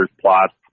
plots